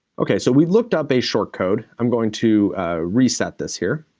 okay, so we've looked up a short code. i'm going to reset this here.